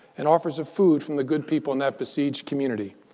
and offers food from the good people in that besieged community.